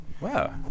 Wow